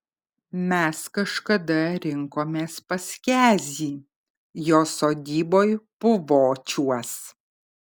mes kažkada rinkomės pas kezį jo sodyboj puvočiuos